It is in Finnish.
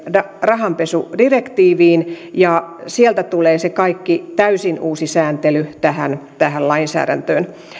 rahanpesudirektiiviin ja sieltä tulee se kaikki täysin uusi sääntely tähän tähän lainsäädäntöön